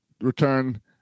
return